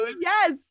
yes